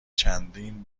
چندین